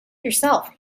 yourself